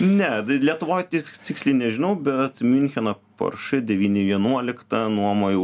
ne lietuvoje tik tiksliai nežinau bet miuncheno poršė devyni vienuoliktą nuomojo